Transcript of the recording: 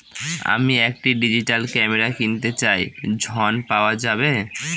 আমি একটি digital camera কিনতে চাই ঝণ পাওয়া যাবে?